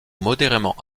modérément